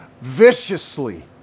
viciously